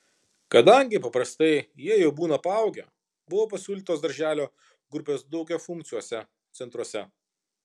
kadangi paprastai jie jau būna paaugę buvo pasiūlytos darželio grupės daugiafunkciuose centruose